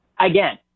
Again